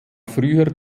früher